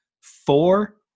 Four